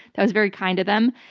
that was very kind of them.